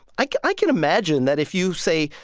like i can imagine that if you, say,